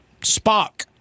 Spock